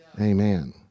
Amen